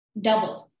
Doubled